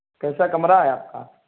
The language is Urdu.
کیسا کمرہ ہے آپ کا